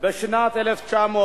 בשנת 1900,